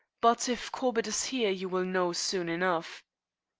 but if corbett is here you will know soon enough.